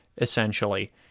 essentially